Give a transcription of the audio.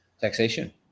taxation